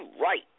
right